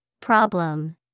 Problem